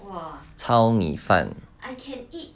糙米 fan I can eat